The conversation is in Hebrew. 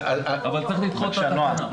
אבל צריך לדחות את התקנה.